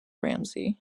ramsey